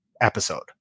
episode